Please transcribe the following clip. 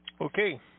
okay